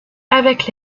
avec